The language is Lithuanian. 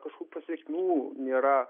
kažkokių pasekmių nėra